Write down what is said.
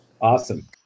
Awesome